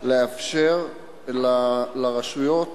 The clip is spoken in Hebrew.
לאפשר לרשויות,